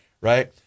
right